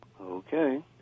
Okay